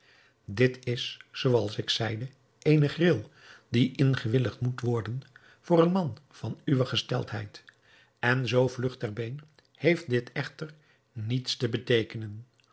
dit is zooals ik zeide eene gril die ingewilligd moet worden voor een man van uwe gesteldheid en zoo vlug ter been heeft dit echter niets te beteekenen